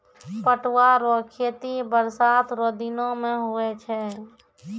पटुआ रो खेती बरसात रो दिनो मे हुवै छै